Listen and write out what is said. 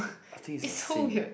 I think it's the same